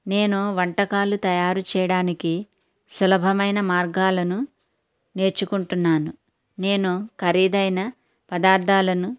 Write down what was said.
నేను వంటకాలు తయారు చేయడానికి సులభమైన మార్గాలను నేర్చుకుంటున్నాను నేను ఖరీదైన పదార్దాలను